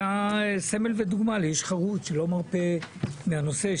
סמל ודוגמה לאיש חרוץ שלא מרפה מהנושא.